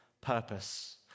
purpose